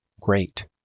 great